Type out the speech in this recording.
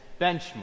benchmark